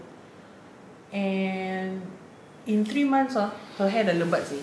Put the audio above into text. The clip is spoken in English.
and in three months ah her hair sudah lebat seh